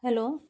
hello